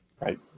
Right